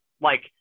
like-